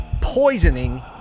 poisoning